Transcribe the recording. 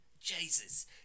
Jesus